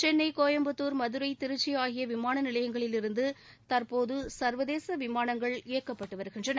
கென்னை கோயம்புத்தூர் மதுரை திருச்சி ஆகிய விமான நிலையங்களில் இருந்து தற்போது சர்வதேச விமானங்கள் இயக்கப்பட்டு வருகின்றன